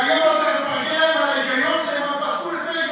והיום אתה מפרגן להם על ההיגיון שהם פסקו לפי,